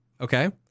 Okay